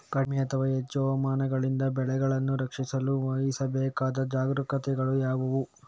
ಕಡಿಮೆ ಅಥವಾ ಹೆಚ್ಚು ಹವಾಮಾನಗಳಿಂದ ಬೆಳೆಗಳನ್ನು ರಕ್ಷಿಸಲು ವಹಿಸಬೇಕಾದ ಜಾಗರೂಕತೆಗಳು ಯಾವುವು?